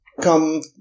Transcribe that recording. come